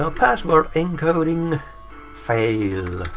ah password encoding fail.